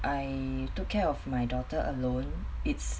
I took care of my daughter alone it's